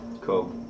Cool